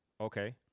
Okay